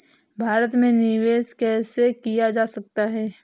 भारत में निवेश कैसे किया जा सकता है?